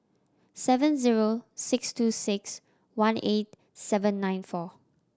seven zero six two six one eight seven nine four